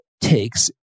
takes